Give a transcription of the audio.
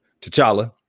T'Challa